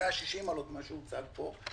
אבלב-160 מעלות ממה שהוצג פה.